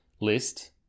list